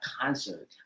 concert